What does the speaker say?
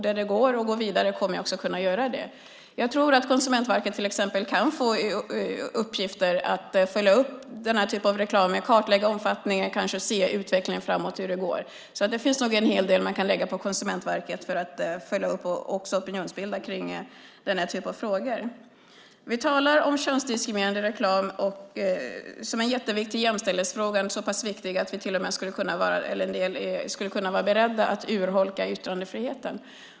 Där det går att gå vidare kommer jag också att kunna göra det. Jag tror att Konsumentverket till exempel kan få uppgifter som att följa upp den här typen av reklam, kartlägga omfattningen och kanske se hur utvecklingen framåt ser ut. Det finns nog en hel del uppgifter som man kan lägga på Konsumentverket, också att opinionsbilda kring den här typen av frågor. Vi talar om könsdiskriminerande reklam som en jätteviktig jämställdhetsfråga, så pass viktig att en del till och med skulle kunna vara beredda att urholka yttrandefriheten.